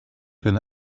can